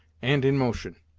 and in motion.